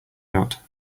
not